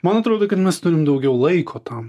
man atrodo kad mes turim daugiau laiko tam